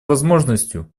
возможностью